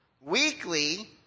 weekly